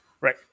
right